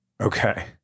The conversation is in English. Okay